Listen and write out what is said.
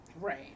Right